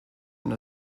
and